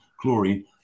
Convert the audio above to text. chlorine